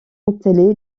télé